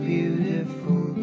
Beautiful